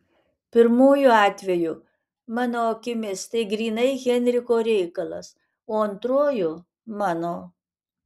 pirmuoju atveju mano akimis tai grynai henriko reikalas o antruoju mano